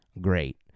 great